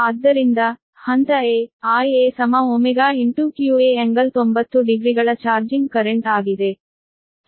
ಆದ್ದರಿಂದ ಹಂತ 'a' Ia qa∟90 ಡಿಗ್ರಿಗಳ ಚಾರ್ಜಿಂಗ್ ಕರೆಂಟ್ ಆಗಿದೆ